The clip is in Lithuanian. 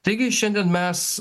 taigi šiandien mes